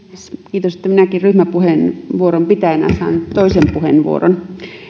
kiitos että minäkin ryhmäpuheenvuoron pitäjänä saan toisen puheenvuoron